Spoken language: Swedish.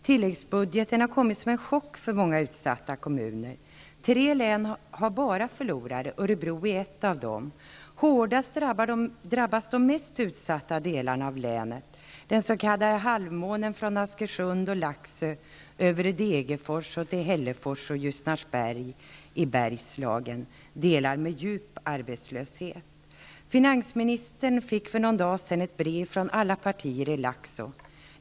Tilläggsbudgeten har kommit som en chock för många utsatta kommuner. I tre län har man bara förlorare. Örebro län är ett av de länen. Hårdast drabbas de mest utsatta delarna av länet, den s.k. halvmånen från Askersund och Laxå över Degerfors till Hällefors och Ljusnarsberg i Bergslagen. Det är delar där arbetslösheten är stor. Finansministern fick för någon dag sedan ett brev från alla partier i Laxå.